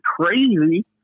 crazy